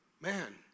Man